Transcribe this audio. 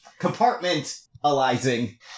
Compartmentalizing